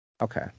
Okay